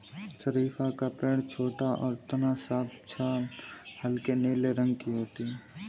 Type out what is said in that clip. शरीफ़ा का पेड़ छोटा और तना साफ छाल हल्के नीले रंग की होती है